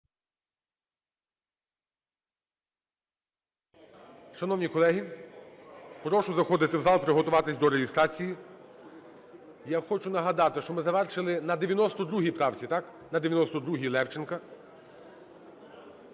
Шановні колеги, прошу заходити в зал і приготуватись до реєстрації. Я хочу нагадати, що ми завершили на 92 правці, так? На 92-й Левченка.